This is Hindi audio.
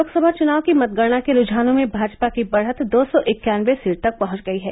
लोकसभा चुनाव की मतगणना के रुझानों में भाजपा की बढ़त दो सौ इक्यानवे सीट तक पहुंच गई है